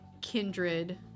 kindred